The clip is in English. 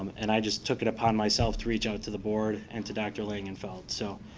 um and i just took it upon myself to reach out to the board and to dr. langenfeld. so